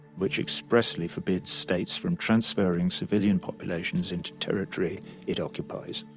which expressly forbids states from transferring civilian populations into territory it occupies.